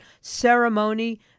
ceremony